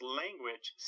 language